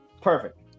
Perfect